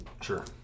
Sure